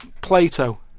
Plato